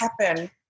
happen